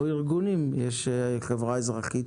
או מארגונים, יש חברה אזרחית.